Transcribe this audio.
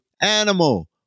animal